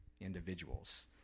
individuals